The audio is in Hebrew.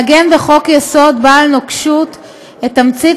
לעגן בחוק-יסוד בעל נוקשות את תמצית